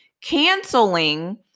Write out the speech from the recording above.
canceling